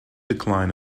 decline